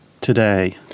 today